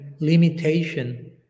Limitation